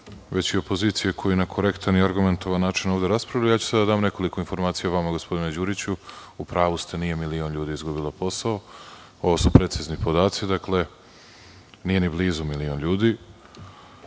već i opoziciji koja na korektan i argumentovan način ovde raspravlja. Sada ću dati nekoliko informacija vama. Gospodine Đuriću, u pravu ste, nije milion ljudi izgubilo posao. Ovo su precizni podaci. Dakle, nije ni blizu milion ljudi.